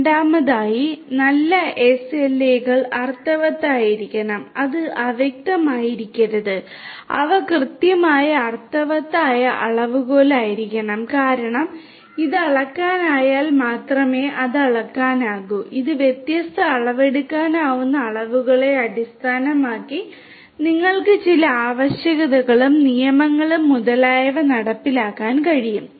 രണ്ടാമതായി നല്ല എസ്എൽഎകൾ അർത്ഥവത്തായിരിക്കണം അത് അവ്യക്തമായിരിക്കരുത് അത് കൃത്യമായ അർത്ഥവത്തായ അളവുകോലായിരിക്കണം കാരണം ഇത് അളക്കാനായാൽ മാത്രമേ അത് അളക്കാനാകൂ ഈ വ്യത്യസ്ത അളവെടുക്കാവുന്ന അളവുകളെ അടിസ്ഥാനമാക്കി നിങ്ങൾക്ക് ചില ആവശ്യകതകളും നിയമങ്ങളും മുതലായവ നടപ്പിലാക്കാൻ കഴിയും